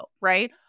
Right